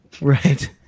Right